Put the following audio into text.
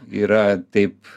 yra taip